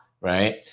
right